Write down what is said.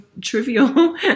trivial